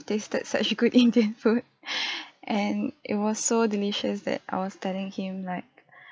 tasted such good indian food and it was so delicious that I was telling him like